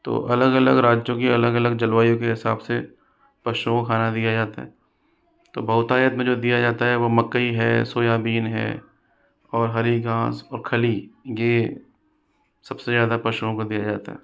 तो अलग अलग राज्यों की अलग अलग जलवायु के हिसाब से पशुओं को खाना दिया जाता है तो बहुतायत में जो दिया जाता है वह मक्कई है सोयाबीन है और हरी घाँस और खली ये सबसे ज़्यादा पशुओं को दिया जाता है